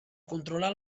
controlar